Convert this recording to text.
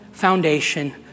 foundation